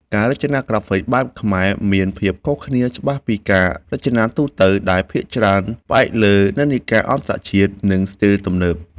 ការរចនាក្រាហ្វិកបែបខ្មែរមានភាពខុសគ្នាច្បាស់ពីការរចនាទូទៅ ដែលភាគច្រើនផ្អែកលើនិន្នាការអន្តរជាតិ និងស្ទីលទំនើប